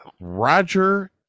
Roger